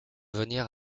venir